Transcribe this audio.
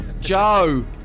Joe